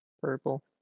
Purple